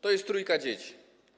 To jest trójka dzieci.